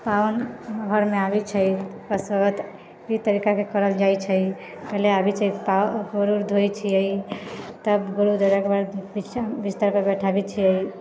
पाहुन घरमे आबै छै ओकर स्वागतके एहि तरिकाके करल जाइ छै पहिले आबै छै पयर गोड़ वोड़ धोये छियै तब गोड़ वोड़ धोलाके बाद बिस्तरपर बैठाबै छियै